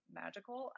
magical